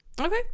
Okay